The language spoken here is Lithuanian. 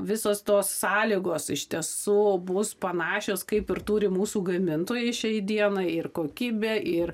visos tos sąlygos iš tiesų bus panašios kaip ir turi mūsų gamintojai šiai dienai ir kokybė ir